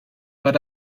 but